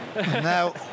Now